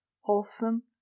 wholesome